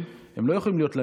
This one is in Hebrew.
הן לא יכולות להיות לנצח.